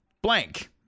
Blank